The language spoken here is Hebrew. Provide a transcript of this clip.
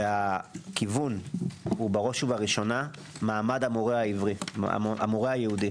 הכיוון הוא בראש ובראשונה מעמד המורה היהודי,